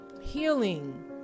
healing